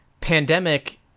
Pandemic